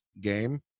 game